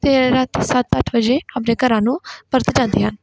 ਅਤੇ ਰਾਤ ਸੱਤ ਅੱਠ ਵਜੇ ਆਪਣੇ ਘਰਾਂ ਨੂੰ ਪਰਤ ਜਾਂਦੇ ਹਨ